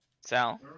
Sal